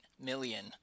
million